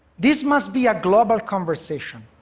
this must be a global conversation.